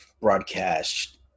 broadcast